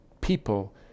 people